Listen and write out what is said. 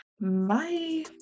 Bye